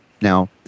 Now